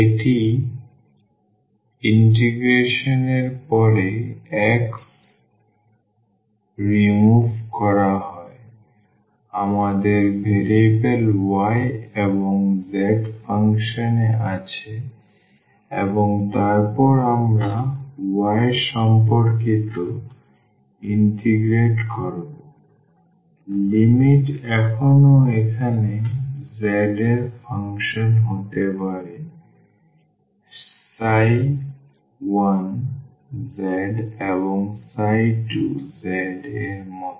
এই ইন্টিগ্রেশন এর পরে x অপসারণ করা হয় আমাদের ভ্যারিয়েবল y এবং z ফাংশন আছে এবং তারপর আমরা y সম্পর্কিত ইন্টিগ্রেট করবো লিমিট এখনও এখানে z এর ফাংশন হতে পারে 1z এবং 2z এর মত